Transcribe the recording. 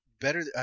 Better